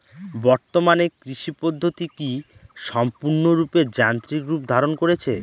বর্তমানে কৃষি পদ্ধতি কি সম্পূর্ণরূপে যান্ত্রিক রূপ ধারণ করেছে?